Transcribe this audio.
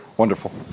Wonderful